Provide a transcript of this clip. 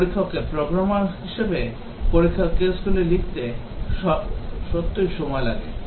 পরীক্ষককে program হিসাবে পরীক্ষার কেসগুলি লিখতে সত্যই সময় লাগে